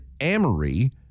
Amory